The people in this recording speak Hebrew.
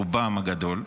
רובם הגדול,